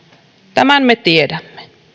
tämän me tiedämme